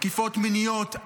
תקיפות מיניות,